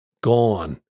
gone